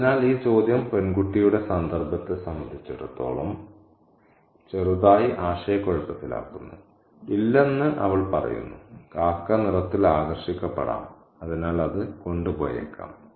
അതിനാൽ ഈ ചോദ്യം പെൺകുട്ടിയുടെ സന്ദർഭത്തെ സംബന്ധിച്ചിടത്തോളം ചെറുതായി ആശയക്കുഴപ്പത്തിലാക്കുന്നു ഇല്ലെന്ന് അവൾ പറയുന്നു കാക്ക നിറത്തിൽ ആകർഷിക്കപ്പെടാം അതിനാൽ അത് കൊണ്ട് പോയേക്കാം